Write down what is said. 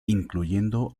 incluyendo